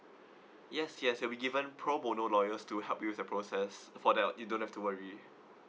yes yes you'll be given pro bono lawyers to help you with the process for that you don't have to worry